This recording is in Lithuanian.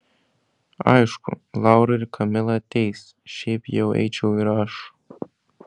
aišku laura ir kamila ateis šiaip jau eičiau ir aš